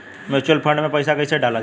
Mutual fund मे पईसा कइसे डालल जाला?